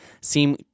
seem